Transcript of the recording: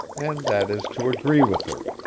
and that is to agree with her.